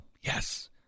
Yes